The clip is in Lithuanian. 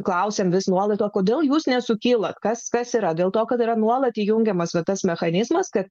klausėme vis nuolat o kodėl jūs nesukyla kas kas yra dėl to kad yra nuolat įjungiamas va tas mechanizmas kad